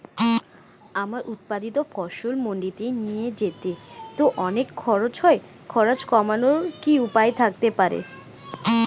আমার উৎপাদিত ফসল মান্ডিতে নিয়ে যেতে তো অনেক খরচ হয় খরচ কমানোর কি উপায় থাকতে পারে?